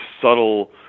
subtle